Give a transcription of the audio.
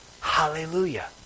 Hallelujah